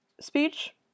speech